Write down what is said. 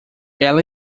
ela